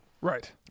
Right